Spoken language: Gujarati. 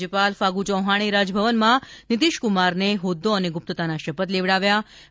રાજ્યપાલ ફાગુ ચૌહાણે રાજભવનમાં નીતિશ કુમારને હોદ્દો અને ગુપ્તતાના શપથ લેવડાવ્યાં હતાં